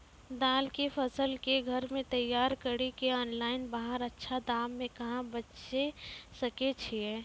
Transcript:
दाल के फसल के घर मे तैयार कड़ी के ऑनलाइन बाहर अच्छा दाम मे कहाँ बेचे सकय छियै?